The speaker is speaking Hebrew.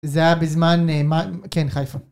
זה היה בזמן.. כן חיפה